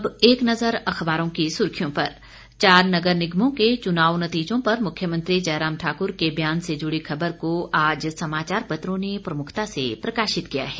अब एक नज़र अखबारों की सुर्खियों पर चार नगर निगमों के चुनाव नतीजों पर मुख्यमंत्री जयराम ठाकुर के बयान से जुड़ी खबर को आज समाचार पत्रों ने प्रमुखता से प्रकाशित किया है